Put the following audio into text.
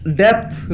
depth